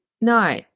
No